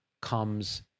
comes